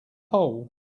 hole